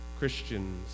Christians